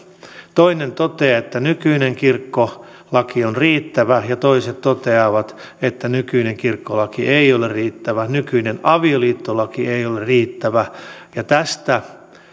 toinen toteaa että nykyinen kirkkolaki on riittävä ja toiset toteavat että nykyinen kirkkolaki ei ole riittävä nykyinen avioliittolaki ei ole riittävä ja tästä